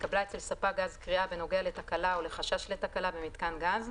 התקבלה אצל ספק גז קריאה בנוגע לתקלה או לחשש לתקלה במיתקן גז,